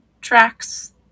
tracks